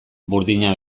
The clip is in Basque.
burdina